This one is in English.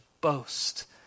boast